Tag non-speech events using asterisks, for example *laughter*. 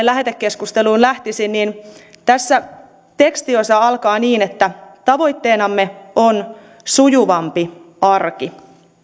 *unintelligible* lähetekeskusteluun lähtisin tässä tekstiosa alkaa niin että tavoitteenamme on sujuvampi arki